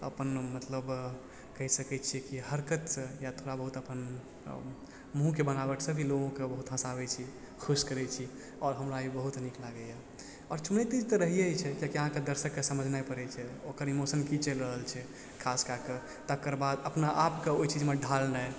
अपन मतलब कहि सकय छी कि हरकतसँ या थोड़ा बहुत अपन मुँहके बनावटसँ भी लोगोके बहुत हँसाबय छी खुश करय छी आओर हमरा ई बहुत नीक लागय यऽ आओर चुनौती तऽ रहइये छै किएक कि अहाँके दर्शकके समझनाइ पड़य छै ओकर इमोशन कि चलि रहल छै खास कए कऽ तकरबाद अपना आपके ओइ चीजमे ढ़ालनाइ